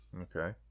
okay